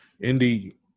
Indeed